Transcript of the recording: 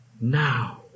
now